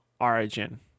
Origin